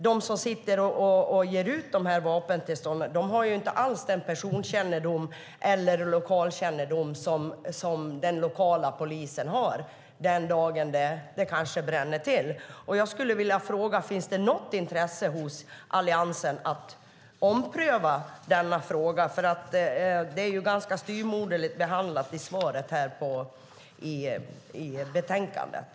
De som sitter och utfärdar dessa vapentillstånd har inte alls den person eller lokalkännedom som den lokala polisen har den dag då det kanske bränner till. Jag skulle vilja fråga: Finns det något intresse hos Alliansen för att ompröva denna fråga? Den är ju ganska styvmoderligt behandlad i betänkandet.